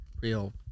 real